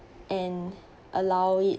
and allow it